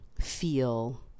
feel